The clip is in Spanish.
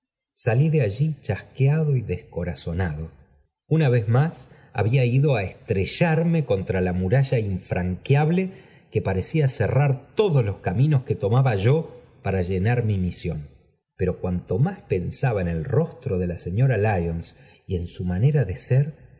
salí de allí chasqueado y descorazonado una vez más había ido á estrellarme contra la muralla infranqueable que parecía cerrar todos los caminos que tomaba yo para llenar mi misión pero cuanto más pensaba en el rostro de la señora lyons y en su manera de ser